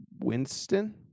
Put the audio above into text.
winston